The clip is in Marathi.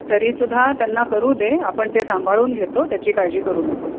तरी सुद्धा त्यांना करू दे आपण ते सांभाळून घेतो त्याची काळजी करू नकोस